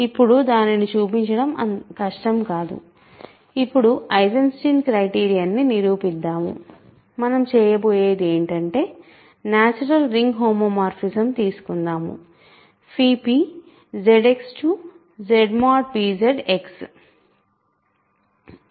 ఇప్పుడు దానిని చూపించడం కష్టం కాదు ఇప్పుడు ఐసెన్స్టీన్ క్రైటీరియన్ ని నిరూపిద్దాము మనం చేయబోయేది ఏంటంటే నేచురల్ రింగ్ హోమోమార్ఫిజం తీసుకుందాము p ZX ZpZ X